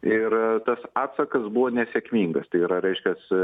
ir tas atsakas buvo nesėkmingas tai yra reiškias